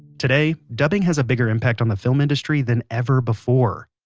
today, dubbing has a bigger impact on the film industry than ever before.